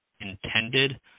intended